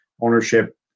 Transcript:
ownership